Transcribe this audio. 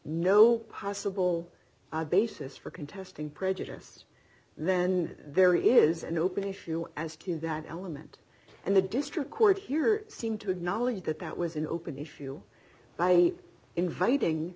no possible basis for contesting prejudice then there is an open issue as to that element and the district court here seem to acknowledge that that was an open issue by inviting